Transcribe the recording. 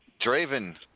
Draven